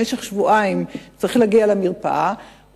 הם צריכים במשך שבועיים להגיע למרפאה,